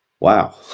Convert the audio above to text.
Wow